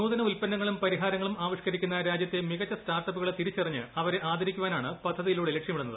നൂതന ഉല്പന്നങ്ങളും പരിഹാരങ്ങളും ആവിഷ്ക്കരിക്കുന്ന രാജ്യത്തെ മികച്ച സ്റ്റാർട്ടപ്പുകളെ തിരിച്ചറിഞ്ഞ് അവരെ ആദരിക്കുവാനാണ് പദ്ധതിയിലൂടെ ലക്ഷ്യമിടുന്നത്